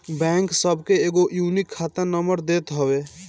bank सबके एगो unique खाता नंबर देत हवे